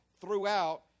throughout